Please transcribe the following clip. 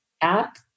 app